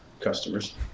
customers